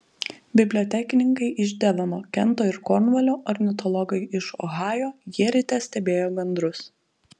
bibliotekininkai iš devono kento ir kornvalio ornitologai iš ohajo jie ryte stebėjo gandrus